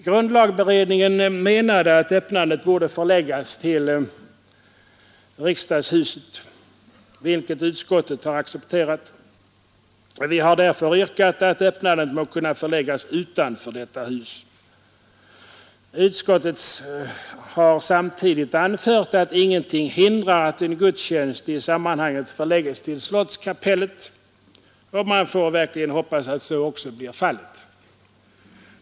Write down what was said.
Grundlagberedningen menade att öppnandet borde förläggas till riksdagshuset, vilket utskottet har accepterat. Vi har därför yrkat att öppnandet må kunna förläggas utanför detta hus. Utskottet har samtidigt anfört att ingenting hindrar att en gudstjänst i sammanhanget förlägges till Slottskapellet. Man får verkligen hoppas att så också blir fallet.